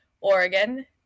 Oregon